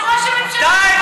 אבל זה ראש הממשלה, די.